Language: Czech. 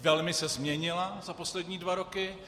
Velmi se změnila za poslední dva roky.